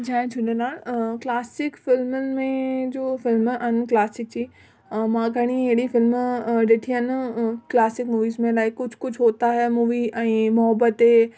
जय Jhulelal classic फिल्मुन में जो फिल्म आहिनि क्लासिक जी ऐं मां घणी अहिड़ी फिल्म ॾिठी आहिनि क्लासिक मूवीस में न आहे कुझु कुझु होता है मूवी ऐं मुहबते